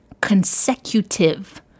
consecutive